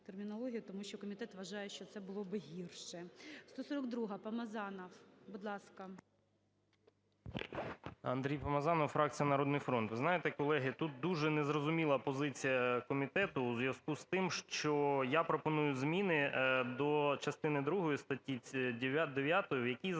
тому що комітет вважає, що це було би гірше.